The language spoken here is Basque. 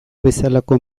bezalako